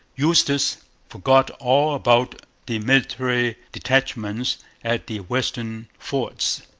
eustis forgot all about the military detachments at the western forts.